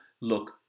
look